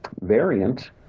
variant